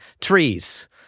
trees